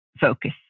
focus